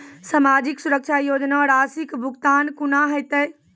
समाजिक सुरक्षा योजना राशिक भुगतान कूना हेतै?